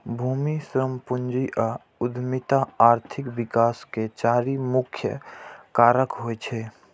भूमि, श्रम, पूंजी आ उद्यमिता आर्थिक विकास के चारि मुख्य कारक होइ छै